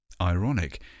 ironic